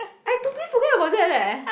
I totally forget about that leh